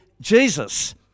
jesus